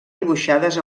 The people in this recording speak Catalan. dibuixades